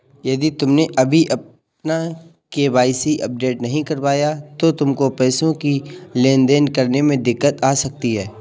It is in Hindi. यदि तुमने अभी अपना के.वाई.सी अपडेट नहीं करवाया तो तुमको पैसों की लेन देन करने में दिक्कत आ सकती है